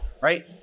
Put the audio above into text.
right